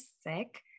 sick